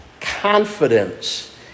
Confidence